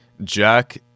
Jack